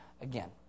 again